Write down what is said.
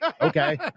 Okay